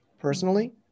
personally